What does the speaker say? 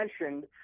mentioned